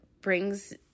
brings